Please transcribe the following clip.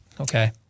Okay